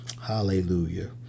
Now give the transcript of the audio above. Hallelujah